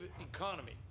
economy